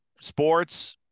sports